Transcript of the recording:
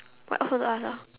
what else want to ask ah